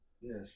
Yes